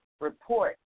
report